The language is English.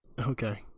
Okay